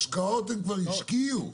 השקעות הם כבר השקיעו.